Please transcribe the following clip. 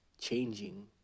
changing